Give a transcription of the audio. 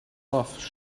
off